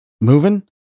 moving